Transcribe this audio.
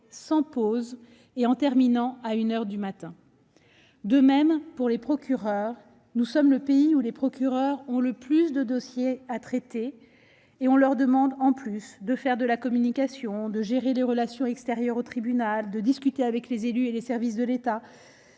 sans pause, et en terminant à 1 heure du matin. De même, nous sommes le pays où les procureurs ont le plus de dossiers à traiter. On leur demande en sus de faire de la communication, de gérer les relations extérieures au tribunal, de discuter avec les élus et les services de l'État